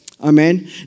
Amen